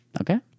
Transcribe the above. Okay